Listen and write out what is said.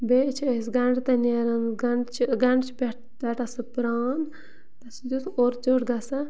بیٚیہِ چھِ أسۍ گَنٛڈٕ تہٕ نیران گَنٛڈٕ چھِ گَنٛڈٕ چھِ پٮ۪ٹھ رَٹان سُہ پرٛان تَتھ سۭتۍ اوس اورٕ ژیوٚٹ گَژھان